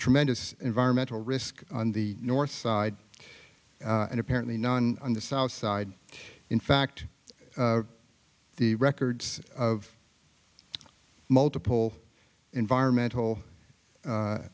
tremendous environmental risk on the north side and apparently none on the south side in fact the records of multiple environmental